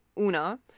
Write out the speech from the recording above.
Una